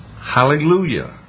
hallelujah